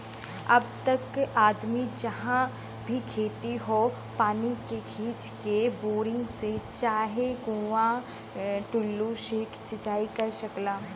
अब त आदमी जहाँ भी खेत हौ पानी के खींच के, बोरिंग से चाहे कुंआ टूल्लू से सिंचाई कर सकला